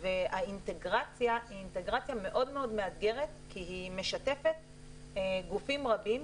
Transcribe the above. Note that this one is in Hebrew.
והאינטגרציה היא אינטגרציה מאוד-מאוד מאתגרת כי היא משתפת גופים רבים,